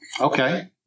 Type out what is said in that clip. Okay